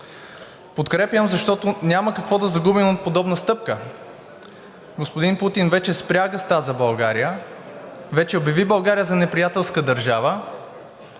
Подкрепям, защото няма какво да загубим от подобна стъпка. Господин Путин вече спря газа за България, вече обяви България за неприятелска държава,